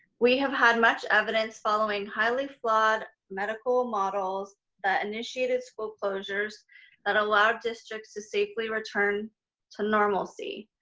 we have had much evidence following highly flawed medical models that initiated school closures that allowed districts to safely return to normalcy.